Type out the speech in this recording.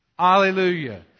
Hallelujah